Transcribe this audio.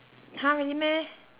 !huh! really meh